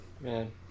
Man